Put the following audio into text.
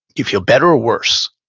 if you're better or worse,